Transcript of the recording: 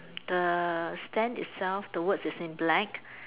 the stand itself the words is in black